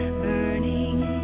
burning